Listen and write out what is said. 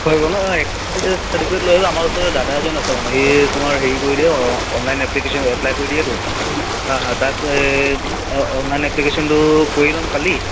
হৈ গ'ল নহ্ এক্সেঞ্জ চাৰ্টিফিকেট লৈ আহিবা আমাৰ ওচৰতে দাদা এজন আছে মানে সি তোমাৰ হেৰি কৰি দিয়ে অনলাইন এপ্লিকেচন এপ্লাই কৰি দিয়েতো হা হাঁ তাত এই অনলাইন এপ্লিকেশ্যনটো কৰি ল'ম কালি